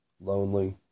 lonely